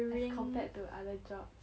like compared to other job